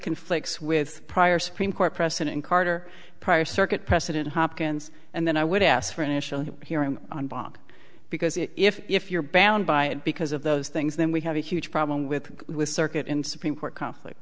conflicts with prior supreme court precedent carter prior circuit precedent hopkins and then i would ask for an initial hearing on bach because if you're bound by it because of those things then we have a huge problem with with circuit in supreme court conflict